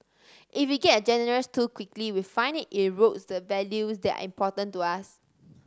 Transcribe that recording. if we get generous too quickly we find it erodes the values that are important to us